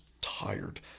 tired